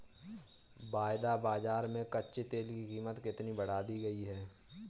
वायदा बाजार में कच्चे तेल की कीमत कितनी बढ़ा दी गई है?